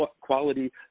quality